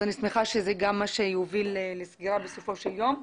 אני שמחה שזה גם מה שיוביל לסגירה בסופו של יום.